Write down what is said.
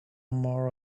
more